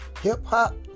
hip-hop